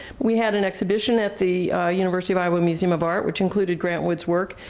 we had an exhibition at the university of iowa museum of art which included grant wood's work,